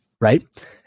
right